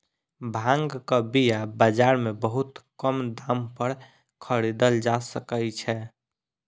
भांगक बीया बाजार में बहुत कम दाम पर खरीदल जा सकै छै